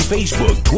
Facebook